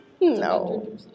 no